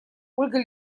ольга